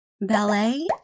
ballet